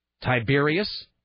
Tiberius